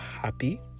happy